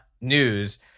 news